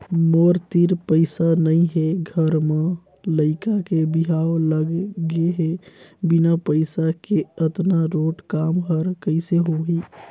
मोर तीर पइसा नइ हे घर म लइका के बिहाव लग गे हे बिना पइसा के अतना रोंट काम हर कइसे होही